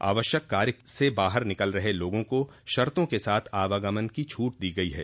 आवश्यक कार्य से बाहर निकल रहे लोगों को शर्तों के साथ आवागमन की छूट दी गई है